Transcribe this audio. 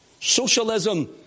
Socialism